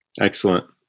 Excellent